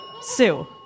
Sue